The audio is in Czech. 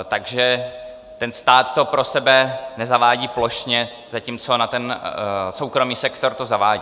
Takže stát to pro sebe nezavádí plošně, zatímco na soukromý sektor to zavádí.